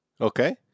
Okay